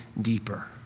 deeper